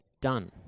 done